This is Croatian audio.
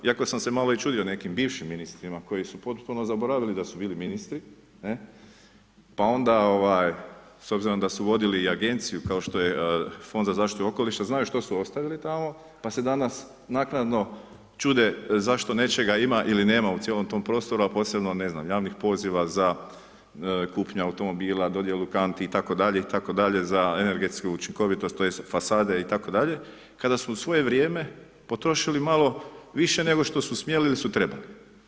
Iako sam se malo i čudio nekim bivšim ministrima koji su potpuno zaboravili da su bili ministri pa onda s obzirom da su vodili i agenciju kao što je Fond za zaštitu okoliša, znaju što su ostavili tamo pa se danas naknadno čude zašto nečega ima ili nema u cijelom tom prostoru, a posebno, ne znam, javnih poziva za kupnju automobila, dodjelu kanti itd., itd., za energetsku učinkovitost, tj. fasade itd. kada su za svoje vrijeme potrošili malo više nego što su smjeli ili su trebali.